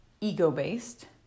ego-based